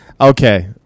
Okay